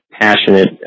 passionate